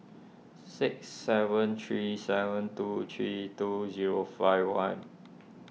six seven three seven two three two zero five one